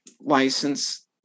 license